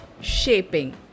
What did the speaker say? Shaping